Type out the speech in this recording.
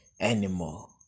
anymore